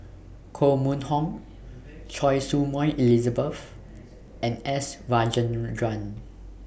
Koh Mun Hong Choy Su Moi Elizabeth and S Rajendran